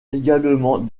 également